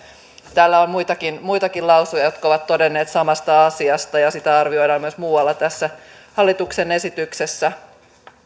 täällä on muitakin muitakin lausujia jotka ovat todenneet samasta asiasta ja sitä arvioidaan myös muualla tässä hallituksen esityksessä